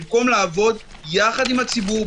במקום לעבוד יחד עם הציבור,